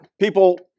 people